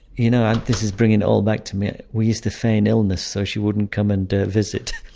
you know, and this is bringing it all back to me. we used to feign illness so she wouldn't come and visit.